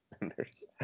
members